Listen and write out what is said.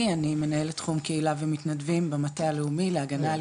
אני מנהלת תחום קהילה ומתנדבים במטה הלאומי להגנה על